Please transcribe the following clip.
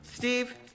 Steve